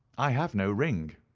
i have no ring.